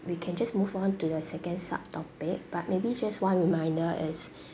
we can just move on to the second subtopic but maybe just one reminder is